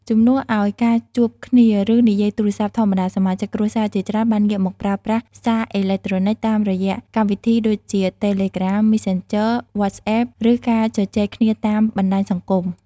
ជំនួសឲ្យការជួបគ្នា ឬនិយាយទូរស័ព្ទធម្មតា សមាជិកគ្រួសារជាច្រើនបានងាកមកប្រើប្រាស់ សារអេឡិចត្រូនិច តាមរយៈកម្មវិធីដូចជា Telegram, Messenger, WhatsApp ឬការជជែកគ្នាតាម បណ្តាញសង្គម។